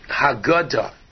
Haggadah